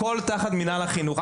הכול תחת מנהל חינוך,